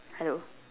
hello